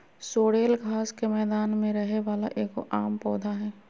sorrel घास के मैदान में रहे वाला एगो आम पौधा हइ